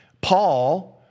Paul